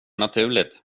naturligt